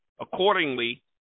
Accordingly